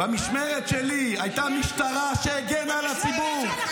במשמרת שלי הייתה משטרה שהגנה על הציבור.